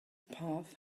path